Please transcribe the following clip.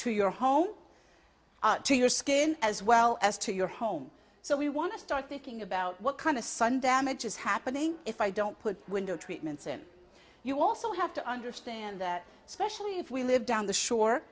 to your home to your skin as well as to your home so we want to start thinking about what kind of sun damage is happening if i don't put window treatments in you also have to understand that especially if we live down the